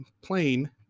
plane